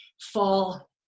fall